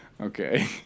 Okay